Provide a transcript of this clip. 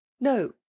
no